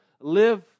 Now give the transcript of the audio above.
live